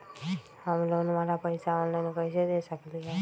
हम लोन वाला पैसा ऑनलाइन कईसे दे सकेलि ह?